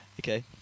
Okay